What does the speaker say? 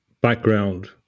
background